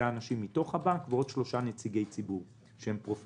האנשים מתוך הבנק ועוד שלושה נציגי ציבור פרופסורים.